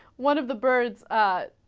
one of the birds ah.